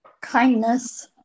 kindness